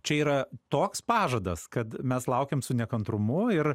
čia yra toks pažadas kad mes laukėm su nekantrumu ir